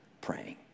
praying